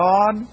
God